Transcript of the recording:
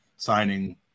Signing